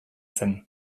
zen